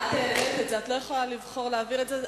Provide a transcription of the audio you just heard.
את העלית את זה, ואת לא יכולה לבחור להעביר את זה.